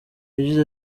yagize